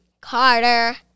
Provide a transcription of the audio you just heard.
Carter